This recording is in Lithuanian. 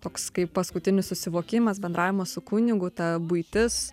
toks kaip paskutinis susivokimas bendravimo su kunigu ta buitis